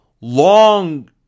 long